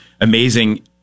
amazing